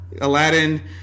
Aladdin